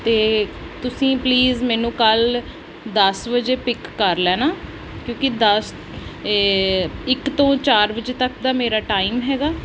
ਅਤੇ ਤੁਸੀਂ ਪਲੀਜ਼ ਮੈਨੂੰ ਕੱਲ੍ਹ ਦਸ ਵਜੇ ਪਿੱਕ ਕਰ ਲੈਣਾ ਕਿਉਂਕਿ ਦਸ ਇੱਕ ਤੋਂ ਚਾਰ ਵਜੇ ਤੱਕ ਤਾਂ ਮੇਰਾ ਟਾਈਮ ਹੈਗਾ